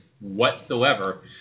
whatsoever